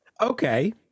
Okay